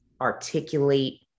articulate